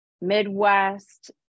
Midwest